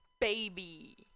baby